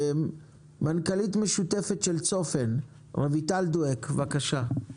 מנכ"לית משותפת של צופן, רויטל דואק, בבקשה.